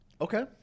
Okay